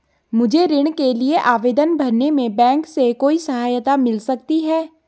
मुझे ऋण के लिए आवेदन भरने में बैंक से कोई सहायता मिल सकती है?